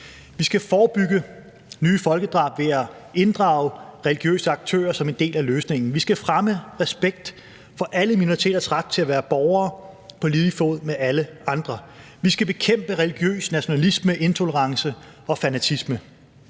Vi skal forebygge nye folkedrab ved at inddrage religiøse aktører som en del af løsningen. Vi skal fremme respekt for alle minoriteters ret til at være borgere på lige fod med alle andre. Vi skal bekæmpe religiøs nationalisme, intolerance og fanatisme.